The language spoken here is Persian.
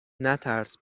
نترس